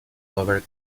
lower